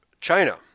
China